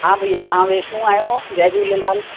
हा भैया तव्हां वैष्नो आहियो जय झूलेलाल